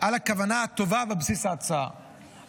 על הכוונה הטובה בבסיס ההצעה,